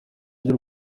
by’u